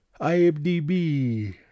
IMDB